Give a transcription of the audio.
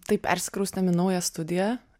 taip persikraustėm į naują studiją